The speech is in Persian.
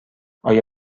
آیا